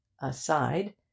Aside